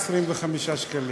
25 שקלים.